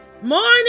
Morning